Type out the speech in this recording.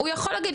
הוא יכול להגיד.